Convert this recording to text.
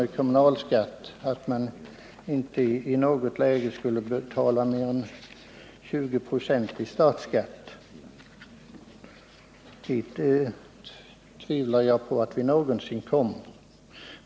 i kommunalskatt, att man inte i något läge skulle betala mer än 20 96 i statsskatt. Dit tvivlar jag på att vi någonsin kommer.